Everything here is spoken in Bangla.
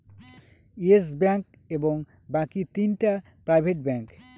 ইয়েস ব্যাঙ্ক এবং বাকি তিনটা প্রাইভেট ব্যাঙ্ক